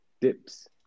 dips